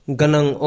ganang